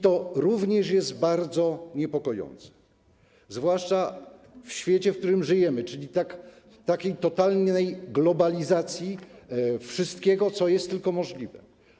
To również jest bardzo niepokojące, zwłaszcza w świecie, w którym żyjemy, czyli przy takiej totalnej globalizacji wszystkiego, co tylko możliwe.